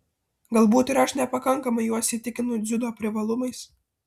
galbūt ir aš nepakankamai juos įtikinu dziudo privalumais